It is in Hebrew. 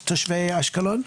אני תושבת אשקלון